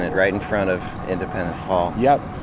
and right in front of independence hall. yep.